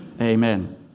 Amen